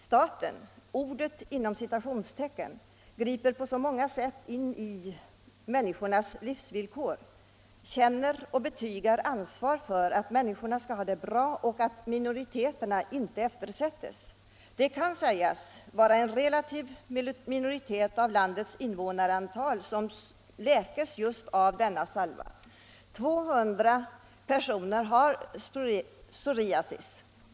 ”Staten” griper på så många sätt in i människornas livsvillkor, känner och betygar ansvar för att människorna skall ha det bra och att minoriteterna inte eftersättes. Det kan sägas vara en relativ minoritet av landets invånarantal som läkes just av denna salva. 200 000 har psoriasis.